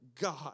God